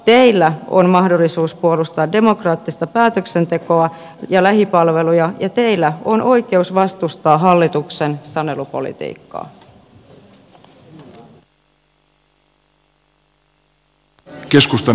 teillä on mahdollisuus puolustaa demokraattista päätöksentekoa ja lähipalveluja ja teillä on oikeus vastustaa hallituksen sanelupolitiikkaa